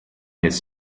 his